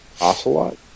Ocelot